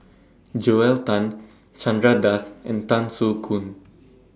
Joel Tan Chandra Das and Tan Soo Khoon